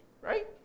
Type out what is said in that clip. right